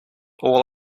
all